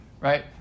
right